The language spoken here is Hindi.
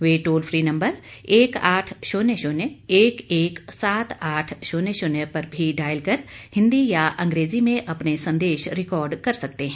वे टोल फ्री नम्बर एक आठ शून्य शून्य एक एक सात आठ शून्य शून्य पर भी डायल कर हिन्दी या अंग्रेजी में अपने संदेश रिकॉर्ड कर सकते हैं